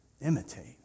Imitate